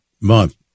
month